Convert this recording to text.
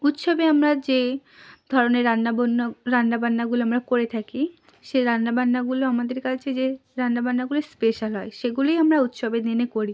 উৎসবে আমরা যে ধরনের রান্না বান্না রান্না বান্নাগুলো আমরা করে থাকি সে রান্না বান্নাগুলো আমাদের কাছে যে রান্না বান্নাগুলো স্পেশাল হয় সেগুলোই আমরা উৎসবের দিনে করি